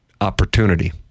opportunity